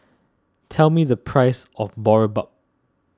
tell me the price of Boribap